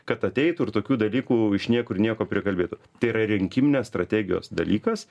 kad ateitų ir tokių dalykų iš niekur nieko prikalbėtų tai yra rinkiminės strategijos dalykas